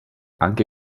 anche